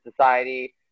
society